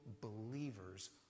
believers